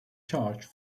charge